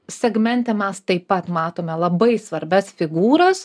segmente mes taip pat matome labai svarbias figūras